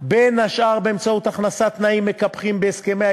בין השאר באמצעות הכנסת תנאים מקפחים בהסכמי